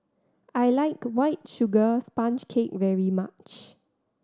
I like White Sugar Sponge Cake very much